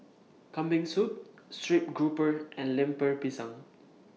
Kambing Soup Stream Grouper and Lemper Pisang